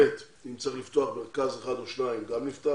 בי"ת, אם צריך לפתוח מרכז אחד או שניים, גם נפתח